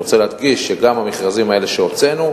אני רוצה להדגיש שגם המכרזים האלה שהוצאנו,